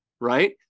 right